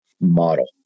model